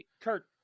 Kurt